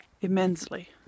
immensely